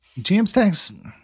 Jamstack's